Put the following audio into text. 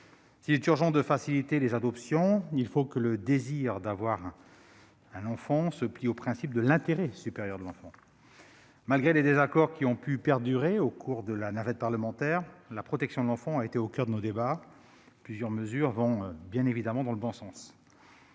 S'il est urgent de faciliter les adoptions, il faut aussi que le désir d'avoir un enfant se plie au principe de l'intérêt supérieur de ce dernier. Malgré les désaccords qui ont pu perdurer au cours de la navette parlementaire, la protection de l'enfant a été au coeur de nos débats. Plusieurs mesures vont dans le bon sens.